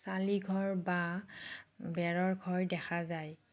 চালি ঘৰ বা বেৰৰ ঘৰ দেখা যায়